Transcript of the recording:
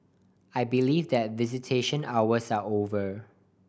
I believe that visitation hours are over